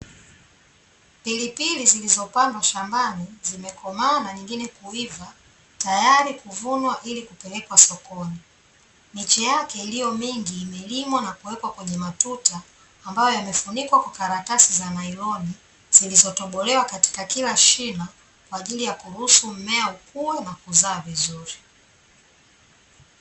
Pilipili zilizopandwa shambani zimekomaa na nyingine kuiva tayari kuvunwa ili kupelekwa sokoni, miche yake iliyo mingi imelilimwa na kuwekwa kwenye matuta ambayo yamefunikwa kwa karatasi za nailoni zilizotobolewa katika kila shina kwaajili ya kuruhusu mmea ukue na kuzaa vizuri.